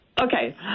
okay